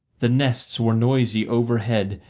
the nests were noisy overhead,